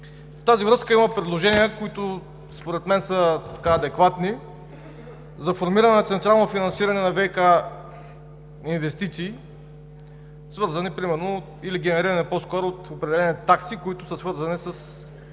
тази връзка има предложения, които според мен са адекватни, за формиране на централно финансиране на ВиК инвестиции, генерирани от определени такси, които са свързани с